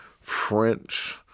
French